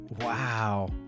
wow